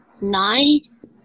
nice